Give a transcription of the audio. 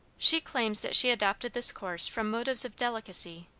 she claims that she adopted this course from motives of delicacy,